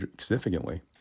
significantly